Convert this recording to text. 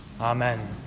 Amen